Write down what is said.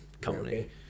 company